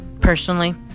Personally